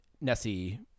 nessie